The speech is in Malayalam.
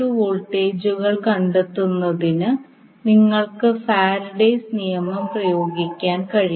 വോൾട്ടേജുകൾ കണ്ടെത്തുന്നതിന് നിങ്ങൾക്ക് ഫാരഡേസ് നിയമം പ്രയോഗിക്കാൻ കഴിയും